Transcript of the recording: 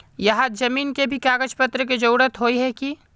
यहात जमीन के भी कागज पत्र की जरूरत होय है की?